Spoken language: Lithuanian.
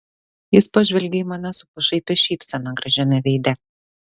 jis pažvelgė į mane su pašaipia šypsena gražiame veide